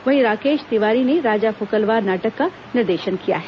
वहीं राकेश तिवारी ने राजा फोकलवा नाटक का निर्देशन किया है